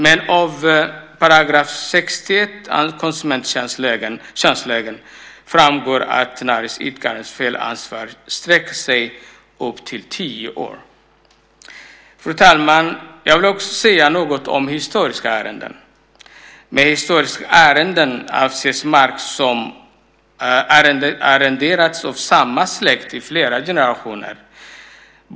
Men av § 61 i konsumenttjänstlagen framgår att näringsidkarens felansvar sträcker sig upp till tio år. Fru talman! Jag vill också säga något om historiska arrenden. Med historiska arrenden avses mark som arrenderats av samma släkt i flera generationer.